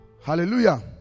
Hallelujah